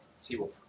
Seawolf